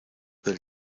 del